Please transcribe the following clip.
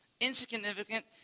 insignificant